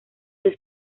del